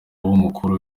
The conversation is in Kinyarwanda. w’umukuru